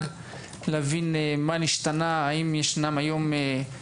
להבין מה נשתנה מול מל"ג האם יש מחקרים